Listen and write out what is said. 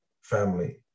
family